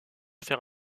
faire